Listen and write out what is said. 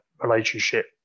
relationship